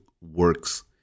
works